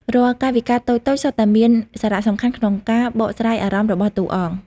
រាល់កាយវិការតូចៗសុទ្ធតែមានសារៈសំខាន់ក្នុងការបកស្រាយអារម្មណ៍របស់តួអង្គ។